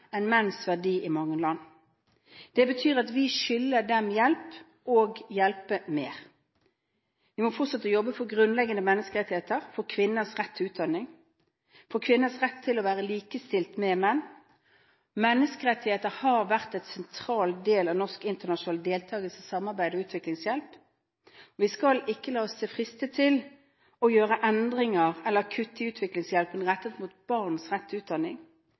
i mange land. Det betyr at vi skylder dem hjelp, at vi må hjelpe mer. Vi må fortsette å jobbe for grunnleggende menneskerettigheter, for kvinners rett til utdanning og for kvinners rett til å være likestilte med menn. Menneskerettigheter har vært en sentral del av norsk internasjonal deltakelse, samarbeid og utviklingshjelp. Vi skal ikke la oss friste til å gjøre endringer eller kutte i utviklingshjelpen rettet mot barns rett til utdanning.